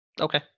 Okay